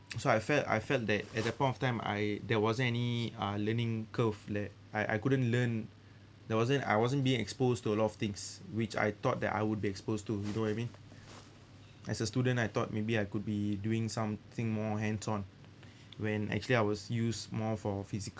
so I felt I felt that at that point of time I there wasn't any uh learning curve that I I couldn't learn there wasn't I wasn't being exposed to a lot of things which I thought that I would be exposed to you know what I mean as a student I thought maybe I could be doing something more hands on when actually I was used more for physical